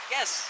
Yes